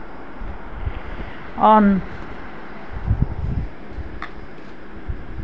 on